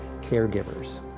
caregivers